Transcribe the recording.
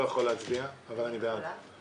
הצבעה ההצעה אושרה.